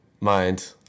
Mind